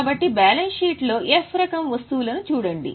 కాబట్టి balance sheet లో F రకం వస్తువులను చూడండి